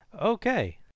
Okay